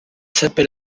seppe